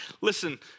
Listen